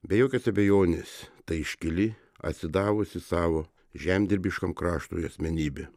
be jokios abejonės tai iškili atsidavusi savo žemdirbiškam kraštui asmenybė